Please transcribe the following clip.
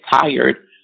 tired